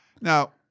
Now